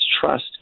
trust